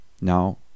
Now